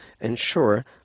ensure